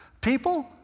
people